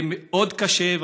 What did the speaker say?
זה מאוד קשה,